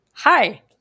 Hi